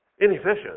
Inefficient